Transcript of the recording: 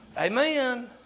Amen